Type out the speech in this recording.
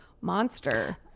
monster